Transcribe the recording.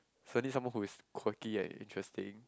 finding some who is quirky and interesting